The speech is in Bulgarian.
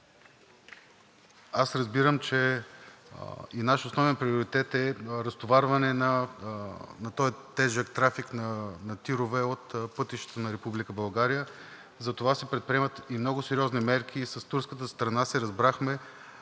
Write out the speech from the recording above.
Аз разбирам, че и наш основен приоритет е разтоварване на този тежък трафик на ТИР-ове от пътищата на Република България, затова се предприемат и много сериозни мерки. С турската страна се разбрахме